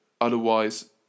Otherwise